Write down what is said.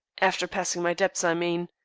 after paying my debts, i mean.